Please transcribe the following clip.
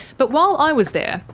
but while i was there,